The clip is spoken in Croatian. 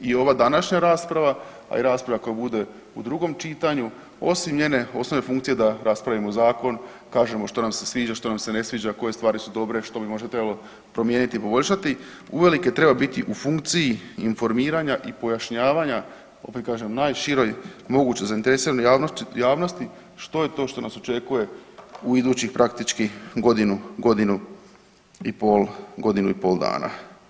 I ova današnja rasprava, a i rasprava koja bude u drugom čitanju osim njene osnovne funkcije da raspravimo zakon kažemo što nam se sviđa, što nam se ne sviđa, koje stvari su dobre, što bi možda trebalo promijeniti, poboljšati uvelike treba biti u funkciji informiranja i pojašnjavanja najširoj mogućoj zainteresiranoj javnosti što je to što nas očekuje u idućih praktički godinu i pol dana.